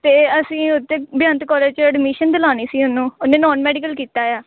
ਅਤੇ ਅਸੀਂ ਉੱਥੇ ਬੇਅੰਤ ਕੋਲੇਜ 'ਚ ਅਡਮੀਸ਼ਨ ਦਿਲਾਣੀ ਸੀ ਉਹਨੂੰ ਉਹਨੇ ਨੋਨ ਮੈਡੀਕਲ ਕੀਤਾ ਆ